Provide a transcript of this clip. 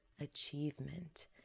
achievement